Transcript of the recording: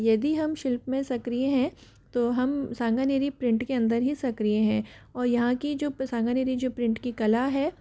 यदि हम शिल्प में सक्रिय हैं तो हम सांगानेरी प्रिंट के अंदर ही सक्रिय हैं और यहाँ की जो सांगानेरी जो प्रिंट की कला है